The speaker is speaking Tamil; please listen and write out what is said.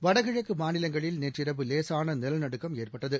வடகிழக்கு மாநிலங்களில் நேற்றிரவு லேசான நிலநடுக்கம் ஏற்பட்டது